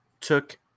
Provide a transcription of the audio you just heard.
took